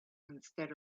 instead